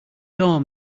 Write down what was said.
door